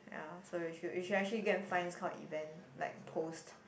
ya so you should you should actually go and find this kind of event like post